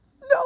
no